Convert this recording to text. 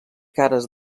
cares